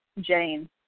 Jane